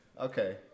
Okay